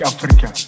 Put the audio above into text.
Africa